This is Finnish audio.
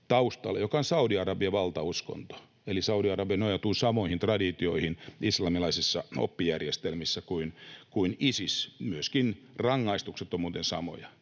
sen Isisin taustalla, eli Saudi-Arabia nojautuu samoihin traditioihin islamilaisissa oppijärjestelmissä kuin Isis. Myöskin rangaistukset ovat muuten samoja.